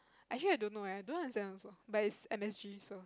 actually I don't know eh I don't understand also but is M_S_G so